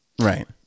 right